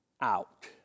out